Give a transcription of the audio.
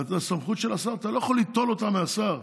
הסמכות של השר, אתה לא יכול ליטול אותה מהשר.